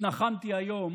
התנחמתי היום